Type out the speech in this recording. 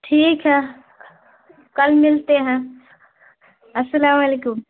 ٹھیک ہے کل ملتے ہیں السلام علیکم